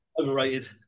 overrated